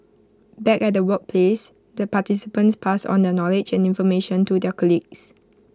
back at the workplace the participants pass on the knowledge and information to their colleagues